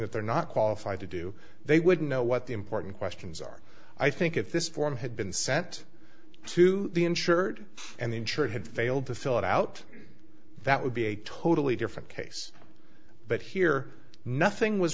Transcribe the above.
that they're not qualified to do they wouldn't know what the important questions are i think if this form had been sent to the insured and the insurer had failed to fill it out that would be a totally different case but here nothing was